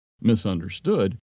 Misunderstood